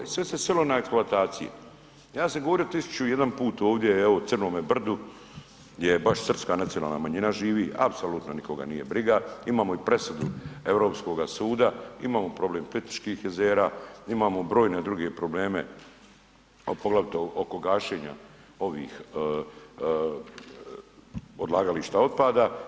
I sve se svelo na eksploatacije, ja sam govorio 1.001 put ovdje evo o crnome brdu gdje je baš srpska nacionalna manjina živi, apsolutno nikoga nije briga, imamo i presudu Europskoga suda, imamo problem Plitvičkih jezera, imamo brojne druge probleme poglavito oko gašenja ovih odlagališta otpada.